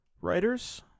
writers